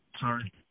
sorry